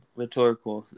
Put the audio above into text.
rhetorical